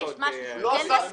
יש משהו שהוא כן מסכים?